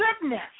goodness